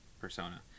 persona